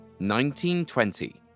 1920